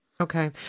Okay